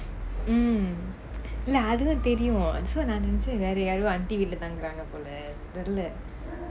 mm அதுவே தெரியும்:athuvae teriyum so நான் நினைச்சேன்:naan ninaichaen so வேற யாரோ:vera yaaro auntie வீட்டுல தாங்குறாங்க போல தெரில:veetula thanguraanga pola terila